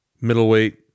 middleweight